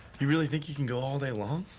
you really think you can go all day long?